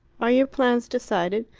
are your plans decided?